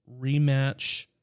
rematch